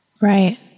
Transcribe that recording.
Right